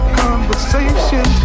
conversation